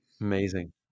Amazing